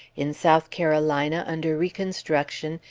in south carolina, under reconstruction,